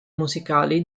musicali